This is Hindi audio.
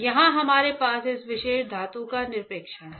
यहाँ हमारे पास इस विशेष धातु का निक्षेपण है